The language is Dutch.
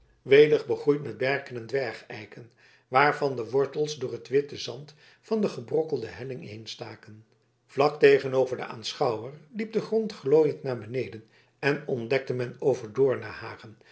welig begroeid met berken en dwergeiken waarvan de wortels door het witte zand van de gebrokkelde helling heenstaken vlak tegenover den aanschouwer liep de grond glooiend naar beneden en ontdekte men over doornenhagen